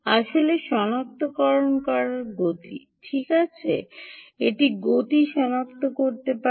আসলে সনাক্ত করা গতি ঠিক আছে এটি গতি সনাক্ত করতে পারে